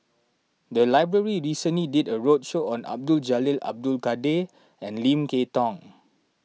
the library recently did a roadshow on Abdul Jalil Abdul Kadir and Lim Kay Tong